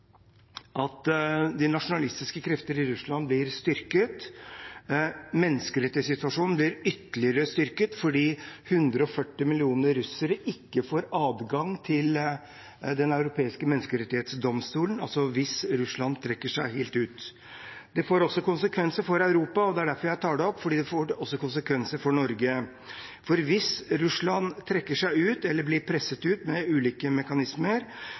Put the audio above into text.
de nasjonalistiske krefter i Russland blir styrket. Menneskerettighetssituasjonen blir ytterligere forsterket fordi 140 millioner russere ikke får adgang til Den europeiske menneskerettsdomstolen, hvis Russland trekker seg helt ut. Det får også konsekvenser for Europa, og jeg tar det opp fordi det også får konsekvenser for Norge. Hvis Russland trekker seg ut, eller blir presset ut med ulike mekanismer,